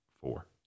four